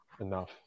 enough